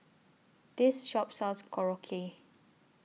This Shop sells Korokke